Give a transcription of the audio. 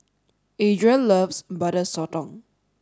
Adria loves Butter Sotong